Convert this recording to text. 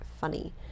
funny